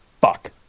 fuck